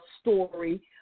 story